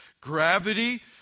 Gravity